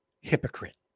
hypocrite